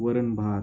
वरणभात